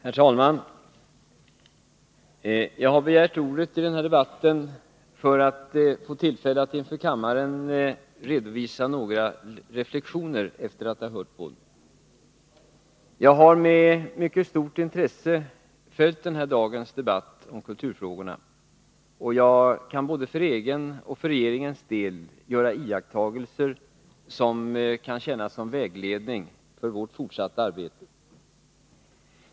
Herr talman! Jag har begärt ordet för att få tillfälle att inför kammaren redovisa några reflexioner efter att ha lyssnat till debatten. Jag har med mycket stort intresse följt den här dagens debatt i kulturfrågor, och jag kan både för egen och för regeringens del göra iakttagelser som kan tjäna som vägledning för vårt fortsatta arbete.